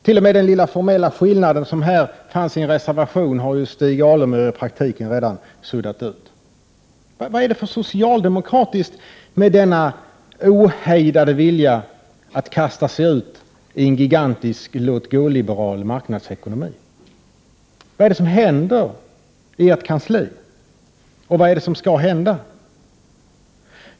T.o.m. den lilla formella skillnad som fanns i en reservation har ju Stig Alemyr i praktiken redan suddat ut. Vad är det för socialdemokratiskt med denna ohejdade vilja att kasta sig ut i en gigantisk låt-gå-liberal marknadsekonomi? Vad är det som händer i ert kansli, och vad är det som skall hända?